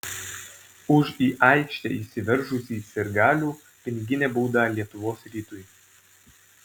už į aikštę įsiveržusį sirgalių piniginė bauda lietuvos rytui